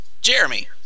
Jeremy